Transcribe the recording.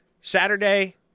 Saturday